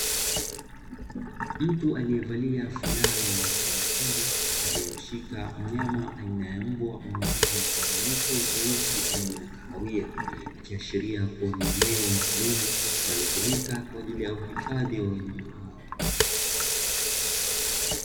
Mtu aliyevalia fulana yenye rangi nyekundu, aliyemshika mnyama aina ya mbwa mwenye rangi mchanganyiko; nyeusi pamoja na kahawia. Ikiashiria kuwa ni eneo maalumu linalotumika kwa ajili ya uhifadhi wa wanyama hao.